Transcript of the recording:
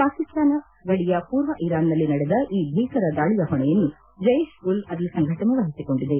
ಪಾಕಿಸ್ತಾನ ಗಡಿಯ ಪೂರ್ವ ಇರಾನ್ನಲ್ಲಿ ನಡೆದ ಈ ಭೀಕರ ದಾಳಿಯ ಹೊಣೆಯನ್ನು ಜೈಷ್ಉಲ್ ಅದ್ಲ್ ಸಂಘಟನೆ ವಹಿಸಿಕೊಂಡಿದೆ